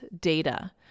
data